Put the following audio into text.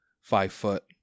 five-foot